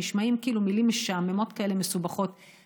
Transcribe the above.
שנשמעים כאילו מילים משעממות ומסובכות כאלה.